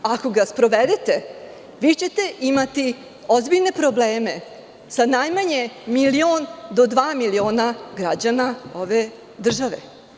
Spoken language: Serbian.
Ako ga sprovedete, vi ćete imati ozbiljne probleme sa najmanje milion do dva miliona građana ove države.